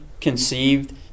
conceived